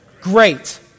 Great